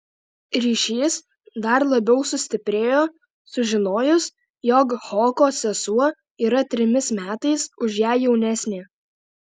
ryšys dar labiau sustiprėjo sužinojus jog hoko sesuo yra trimis metais už ją jaunesnė